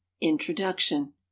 Introduction